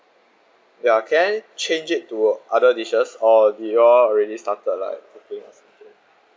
ya can I changed it to other dishes or do you all already started like prepare or something